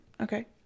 okay